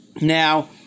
Now